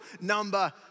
number